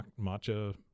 matcha